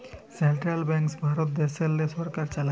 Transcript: central banks Bharat দ্যাশেল্লে সরকার চালায়